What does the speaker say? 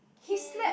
okay he he slept